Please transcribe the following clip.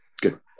good